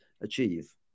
achieve